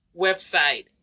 website